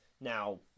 Now